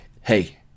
hey